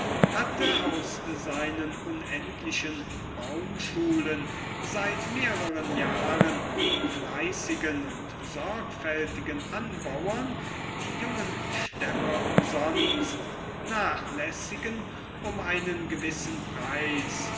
hatte aus seinen unendlichen baumschulen seit mehreren jahren fleißigen und sorgfältigen anbauern die jungen stämme umsonst nachlässigen um einen gewissen preis